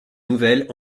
nouvelles